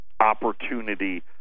opportunity